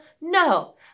No